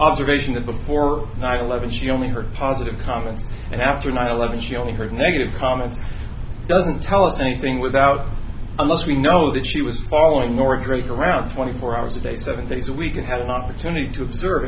observation that before nine eleven she only heard positive comments and after nine eleven she only heard negative comments doesn't tell us anything without unless we know that she was following northridge around twenty four hours a day seven days a week and had an opportunity to observe